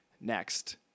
Next